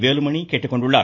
வேலுமணி கேட்டுக்கொண்டுள்ளார்